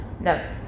No